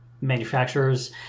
manufacturers